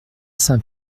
saint